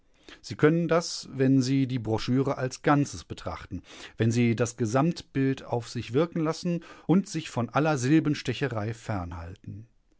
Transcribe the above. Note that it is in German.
sie können das wenn sie die broschüre als ganzes betrachten wenn sie das gesamtbild auf sich wirken lassen und sich von aller silbenstecherei fernhalten